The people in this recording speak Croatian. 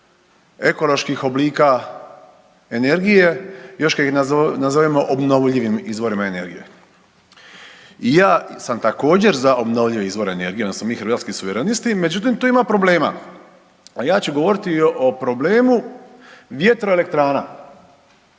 ekoloških oblika energije još kad ih nazovemo obnovljivim izvorima energije. I ja sam također za obnovljive izvore energije odnosno mi Hrvatski suverenisti međutim tu ima problema. Ja ću govoriti o problemu vjetroelektrana.